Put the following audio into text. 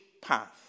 path